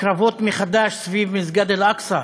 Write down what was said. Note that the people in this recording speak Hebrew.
קרבות מחדש סביב מסגד אל-אקצא.